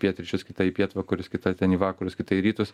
pietryčius kita į pietvakarius kita ten į vakarus kita į rytus